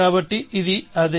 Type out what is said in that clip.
కాబట్టి ఇది అదే